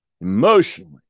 emotionally